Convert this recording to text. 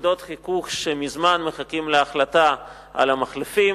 נקודות חיכוך, ומזמן מחכים להחלטה על המחלפים,